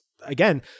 again